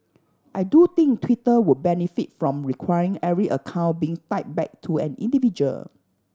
I do think Twitter would benefit from requiring every account being tied back to an individual